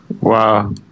wow